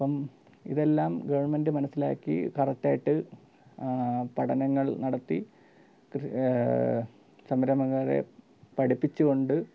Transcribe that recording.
അപ്പം ഇതെല്ലാം ഗവൺമെൻറ്റ് മനസ്സിലാക്കി കറക്റ്റായിട്ട് പഠനങ്ങൾ നടത്തി സംരംഭകരെ പഠിപ്പിച്ചുകൊണ്ട്